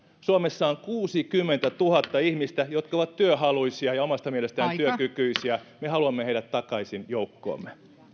suomessa on kuusikymmentätuhatta ihmistä jotka ovat työhaluisia ja omasta mielestään työkykyisiä me haluamme heidät takaisin joukkoomme